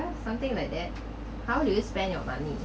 because something like that how do you spend your money